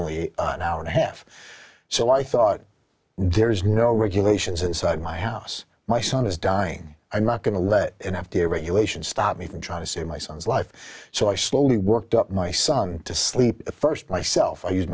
only an hour and a half so i thought there's no regulations inside my house my son is dying i'm not going to let an f d a regulation stop me from trying to save my son's life so i slowly worked up my son to sleep st myself i use